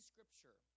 scripture